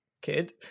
Kid